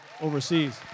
overseas